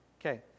okay